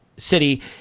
City